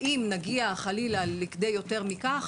ואם נגיע חלילה לכדי יותר מכך,